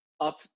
up